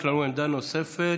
יש לנו עמדה נוספת.